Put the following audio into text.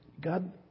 God